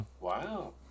Wow